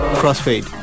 Crossfade